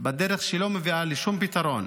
בדרך שלא מביאה לשום פתרון: